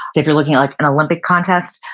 if you're looking at like an olympic contest,